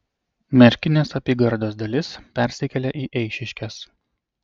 merkinės apygardos dalis persikėlė į eišiškes